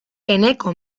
eneko